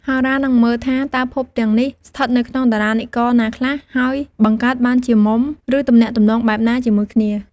ហោរានឹងមើលថាតើភពទាំងនេះស្ថិតនៅក្នុងតារានិករណាខ្លះ ហើយបង្កើតបានជាមុំ ឬទំនាក់ទំនងបែបណាជាមួយគ្នា។